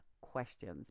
questions